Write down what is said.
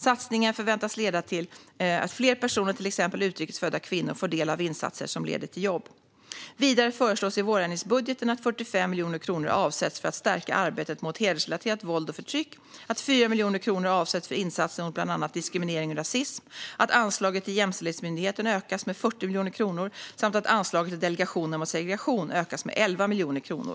Satsningen förväntas leda till att fler personer, till exempel utrikes födda kvinnor, får del av insatser som leder till jobb. Vidare föreslås i vårändringsbudgeten att 45 miljoner kronor avsätts för att stärka arbetet mot hedersrelaterat våld och förtryck, att 4 miljoner kronor avsätts för insatser mot bland annat diskriminering och rasism, att anslaget till Jämställdhetsmyndigheten ökas med 40 miljoner kronor samt att anslaget till Delegationen mot segregation ökas med 11 miljoner kronor.